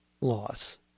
loss